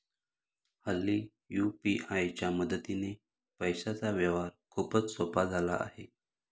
हल्ली यू.पी.आय च्या मदतीने पैशांचा व्यवहार खूपच सोपा झाला आहे